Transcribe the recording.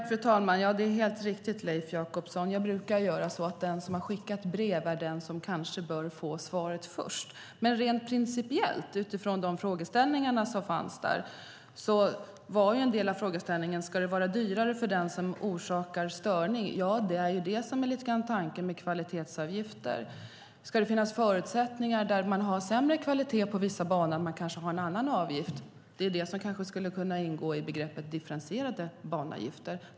Fru talman! Ja, det är helt riktigt, Leif Jakobsson. Jag brukar göra så. Den som har skickat brev är den som kanske bör få svaret först. Men en av de frågeställningar som fanns där var: Ska det vara dyrare för den som orsakar störning? Ja, det är det som är lite grann tanken med kvalitetsavgifter. Ska det finnas förutsättningar att kanske ha en annan avgift när det gäller vissa banor där man har sämre kvalitet? Det är det som kanske skulle kunna ingå i begreppet differentierade banavgifter.